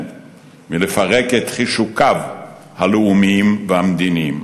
לפרק את חישוקיו הלאומיים והמדיניים.